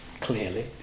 Clearly